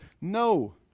no